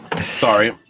Sorry